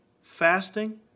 fasting